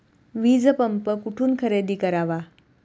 वीजपंप कुठून खरेदी करावा?